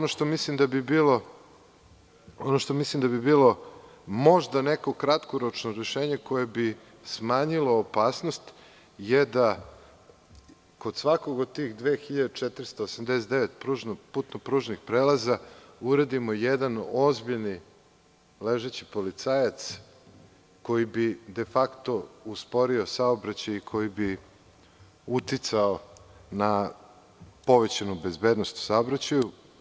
Ono što mislim da bi bilo možda neko kratkoročno rešenje koje bi smanjilo opasnost je da kod svakog od tih 2.489 putno-pružnih prelaza uredimo jedan ozbiljni ležeći policajac koji bi de fakto usporio saobraćaj i koji bi uticao na povećanu bezbednost u saobraćaju.